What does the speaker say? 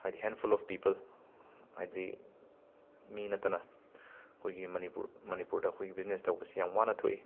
ꯍꯥꯏꯗꯤ handful of people ꯍꯥꯏꯗꯤ ꯃꯤ ꯅꯠꯇꯅ ꯑꯩꯈꯣꯏꯒꯤ ꯃꯅꯤꯄꯨꯔ ꯃꯅꯤꯄꯨꯔꯗ ꯑꯩꯈꯣꯏꯒꯤ ꯕꯤꯖꯅꯦꯁ ꯇꯧꯕꯁꯦ ꯌꯥꯝꯅ ꯋꯥꯅ ꯊꯣꯛꯏ